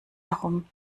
herum